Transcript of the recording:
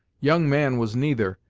young man was neither,